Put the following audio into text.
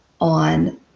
on